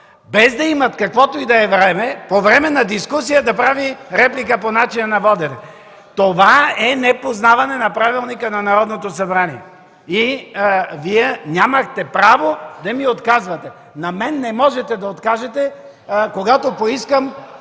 без да имат каквото и да е време, по време на дискусията да прави реплика по начина на водене. Това е непознаване на правилника на Народното събрание. Вие нямахте право да ми отказвате. На мен не можете да откажете, когато поискам,